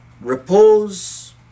repose